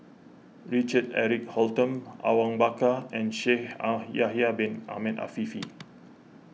Richard Eric Holttum Awang Bakar and Shaikh Ah Yahya Bin Ahmed Afifi